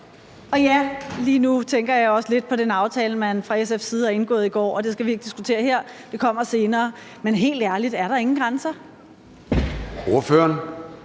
lige nu tænker jeg også lidt på den aftale, man fra SF's side har indgået i går, og det skal vi ikke diskutere her – det kommer senere. Men er der helt ærligt ingen grænser?